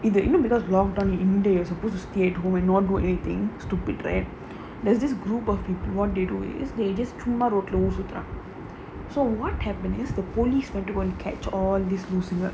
it it you know because lock down in india you supposed to stay at home who may not do anything stupid right there's this group of people what they do is they just tomorrow closed with ah so what happened is the police that won't catch all this லூசுங்க:loosunga